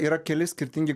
yra keli skirtingi